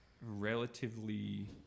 relatively